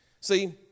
See